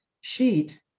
sheet